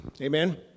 Amen